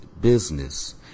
business